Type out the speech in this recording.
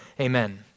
amen